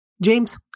James